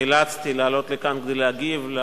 אין מתנגדים,